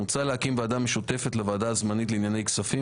מוצע להקים ועדה משותפת לוועדה הזמנית לענייני כספים